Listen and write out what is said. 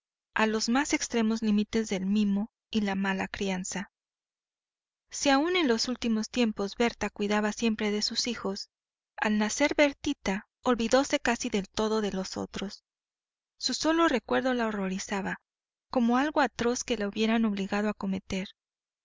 a los más extremos límites del mimo y la mala crianza si aún en los últimos tiempos berta cuidaba siempre de sus hijos al nacer bertita olvidóse casi del todo de los otros su solo recuerdo la horrorizaba como algo atroz que la hubieran obligado a cometer